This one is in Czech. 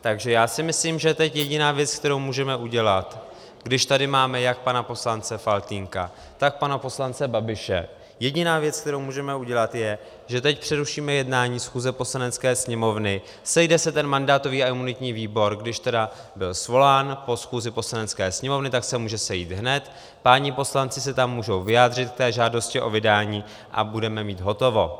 Takže já si myslím, že teď jediná věc, kterou můžeme udělat, když tady máme jak pana poslance Faltýnka, tak pana poslance Babiše, jediná věc, kterou můžeme udělat, je, že teď přerušíme jednání schůze Poslanecké sněmovny, sejde se mandátový a imunitní výbor, když tedy byl svolán po schůzi Poslanecké sněmovny, tak se může sejít hned, páni poslanci se tam můžou vyjádřit k té žádosti o vydání a budeme mít hotovo.